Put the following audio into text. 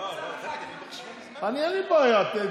אין לי בעיה.